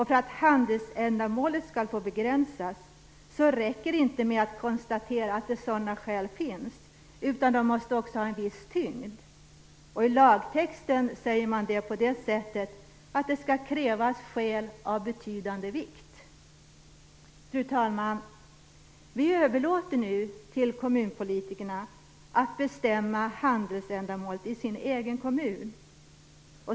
För att handelsändamålet skall få begränsas räcker det inte med att konstatera att sådana skäl finns, utan de måste också ha en viss tyngd. I lagtexten säger man det på det sättet, att det skall krävas skäl av betydande vikt. Fru talman! Vi överlåter nu till kommunpolitikerna att bestämma handelsändamålet i sin egen kommun.